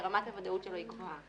שרמת הוודאות שלו היא גבוהה.